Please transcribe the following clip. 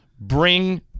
bring